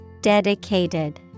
Dedicated